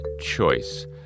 choice